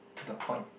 to the point